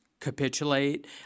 Capitulate